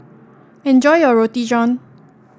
enjoy your Roti John